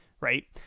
Right